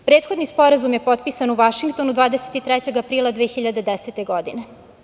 Prethodni Sporazum je potpisan u Vašingtonu 23. aprila 2010. godine.